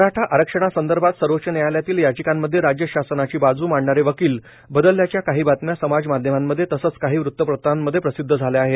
मराठा आरक्षणासंदर्भात सर्वोच्च न्यायालयातील याचिकांमध्ये राज्य शासनाची बाजू मांडणारे वकील बदलल्याच्या काही बातम्या समाजमाध्यमामध्ये तसेच काही वृतपत्रांमध्ये प्रसिद्ध झाल्या आहेत